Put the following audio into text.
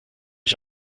ich